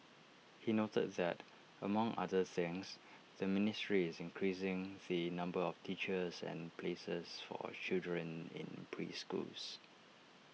he noted that among other things the ministry is increasing the number of teachers and places for A children in preschools